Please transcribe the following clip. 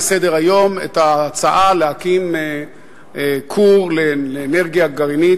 סדר-היום את ההצעה להקים כור לאנרגיה גרעינית,